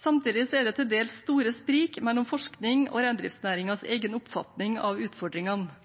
Samtidig er det til dels store sprik mellom forskning og reindriftsnæringens egen oppfatning av utfordringene.